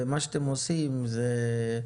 ומה שאתם עושים זה,